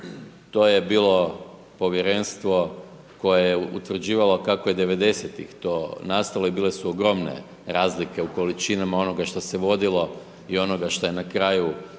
to je bilo povjerenstvo, koje je utvrđivalo kako je '90. to nastalo i bile su ogromne razlike u količinama onoga što se je vodilo i onoga što je na kraju de